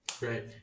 Right